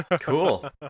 cool